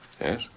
Yes